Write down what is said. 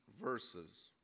verses